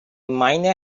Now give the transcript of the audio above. miner